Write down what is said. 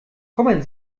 kommen